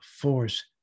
force